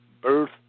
birth